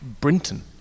Brinton